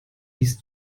ließ